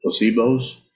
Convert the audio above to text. Placebos